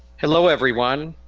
hello, everyone.